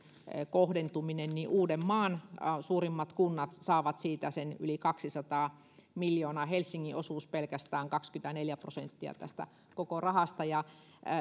kohdentuminen niin uudenmaan suurimmat kunnat saavat siitä sen yli kaksisataa miljoonaa pelkästään helsingin osuus on kaksikymmentäneljä prosenttia tästä koko rahasta